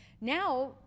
now